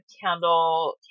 candle